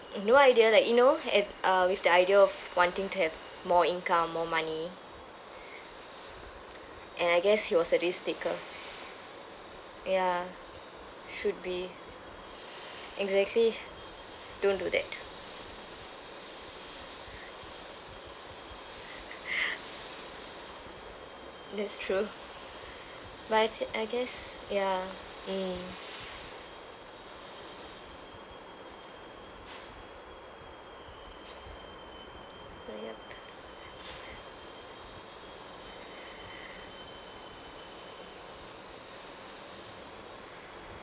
no idea like you know at uh with the idea of wanting to have more income more money and I guess he was a risk-taker ya should be exactly don't do that that's true but I thi~ I guess ya mm uh yup